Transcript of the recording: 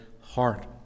heart